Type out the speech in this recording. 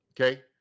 okay